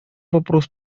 вопрос